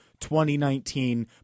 2019